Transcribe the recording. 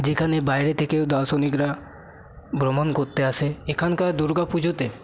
যেখানে বাইরে থেকেও দর্শনার্থীরা ভ্রমণ করতে আসে এখানকার দুর্গাপুজোতে